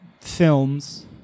films